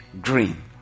green